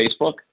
Facebook